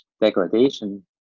degradation